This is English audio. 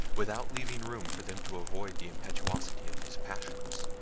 without leaving room for them to avoid the impetuosity of his passions.